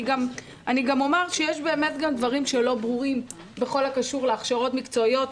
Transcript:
אני גם אומר שיש דברים שלא ברורים בכל הקשור להכשרות מקצועיות.